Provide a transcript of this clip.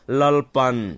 lalpan